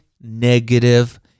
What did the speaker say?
negative